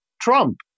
Trump